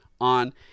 on